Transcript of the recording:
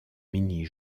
mini